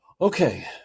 Okay